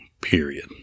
period